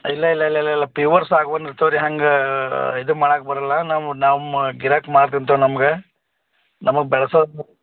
ಇಲ್ಲ ಇಲ್ಲ ಇಲ್ಲ ಇಲ್ಲ ಪ್ಯುವರ್ ಸಾಗ್ವಾನ್ ಇರ್ತವ ರೀ ಹಂಗಾ ಇದು ಮಾಡಕ್ಕೆ ಬರಲ್ಲ ನಾವು ನಮ್ಮ ಗಿರಾಕಿ ಮಾಡ್ತಿಂತವ ನಮ್ಗೆ ನಮ್ಗ ಬೆಳ್ಸೋದು